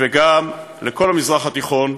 וגם לכל המזרח התיכון,